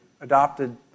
adopted